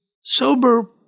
sober